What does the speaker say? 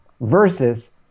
versus